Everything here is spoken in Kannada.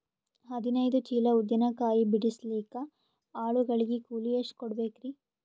ಹದಿನೈದು ಚೀಲ ಉದ್ದಿನ ಕಾಯಿ ಬಿಡಸಲಿಕ ಆಳು ಗಳಿಗೆ ಕೂಲಿ ಎಷ್ಟು ಕೂಡಬೆಕರೀ?